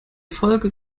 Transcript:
folge